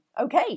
Okay